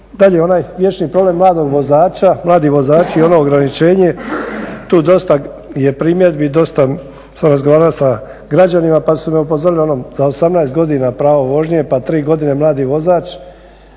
dalje onaj vječni problem mladog vozača, mladi vozači i ono ograničenje. Tu dosta je primjedbi i dosta sam razgovarao sa građanima pa su me upozorili ono sa 18 godina pravo vožnje, pa tri godine mladi vozač,